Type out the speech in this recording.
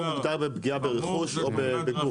"חמור" מוגדר בפגיעה ברכוש או בגוף.